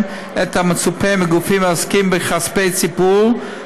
את המצופה מגופים העוסקים בכספי ציבור,